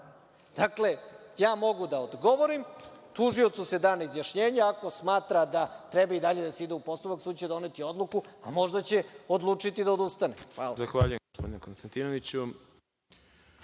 radite? Dakle, ja mogu da odgovorim, tužiocu se da na izjašnjenje. Ako smatra da treba i dalje da se ide u postupak, sud će doneti odluku, a možda će odlučiti da odustane. Hvala.